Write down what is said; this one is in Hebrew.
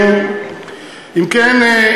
אם כן,